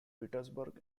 petersburg